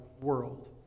world